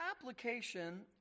application